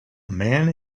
man